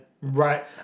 Right